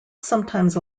sometimes